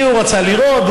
כי הוא רצה לראות,